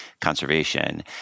conservation